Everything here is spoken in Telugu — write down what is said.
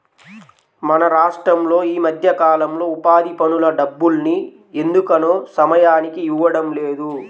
మన రాష్టంలో ఈ మధ్యకాలంలో ఉపాధి పనుల డబ్బుల్ని ఎందుకనో సమయానికి ఇవ్వడం లేదు